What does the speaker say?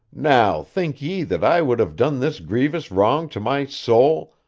now think ye that i would have done this grievous wrong to my soul,